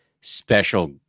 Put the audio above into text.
special